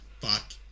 fuck